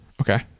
Okay